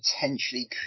potentially